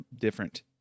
different